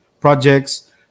projects